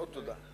תודה.